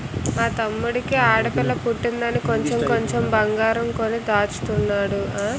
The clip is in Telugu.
మా తమ్ముడికి ఆడపిల్ల పుట్టిందని కొంచెం కొంచెం బంగారం కొని దాచుతున్నాడు